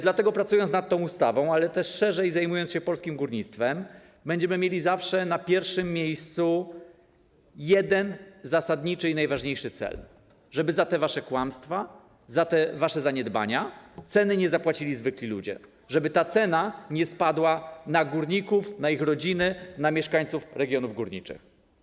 Dlatego, pracując nad tą ustawą, ale też szerzej zajmując się polskim górnictwem, będziemy mieli zawsze na pierwszym miejscu jeden zasadniczy i najważniejszy cel: żeby za te wasze kłamstwa, za te wasze zaniedbania ceny nie zapłacili zwykli ludzie, żeby ta cena nie spadła na górników, na ich rodziny, na mieszkańców regionów górniczych.